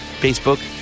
Facebook